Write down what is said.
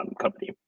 company